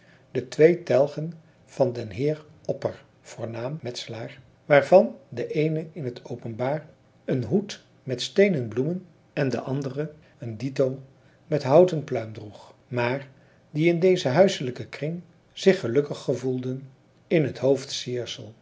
de twee telgen van den heer opper voornaam metselaar waarvan de eene in t openbaar een hoed met steenen bloemen en de andere een dito met houten pluim droeg maar die in dezen huiselijken kring zich gelukkig gevoelden in het hoofdsiersel